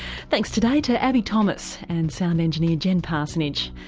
thanks today to abbie thomas and sound engineer jen parsonage.